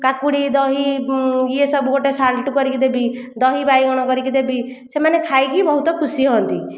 କାକୁଡ଼ି ଦହି ୟେ ସବୁ ଗୋଟିଏ ସାଲାଡ଼ କରିକି ଦେବି ଦହି ବାଇଗଣ କରିକି ଦେବି ସେମାନେ ଖାଇକି ବହୁତ ଖୁସି ହୁଅନ୍ତି